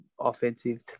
Offensive